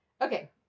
Okay